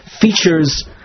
features